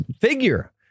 figure